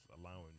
allowing